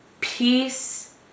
Peace